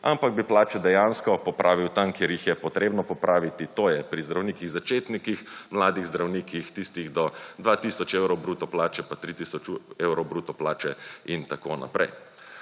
ampak bi plače dejansko popravil tam kjer jih je potrebno popraviti, to je pri zdravnikih začetnikih, mladih zdravnikih, tistih do 2 tisoč evrov bruto plače pa 3 tisoč evrov bruto plače, itn.